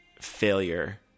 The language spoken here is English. failure